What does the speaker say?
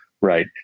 right